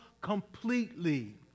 completely